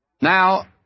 Now